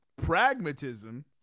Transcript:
Pragmatism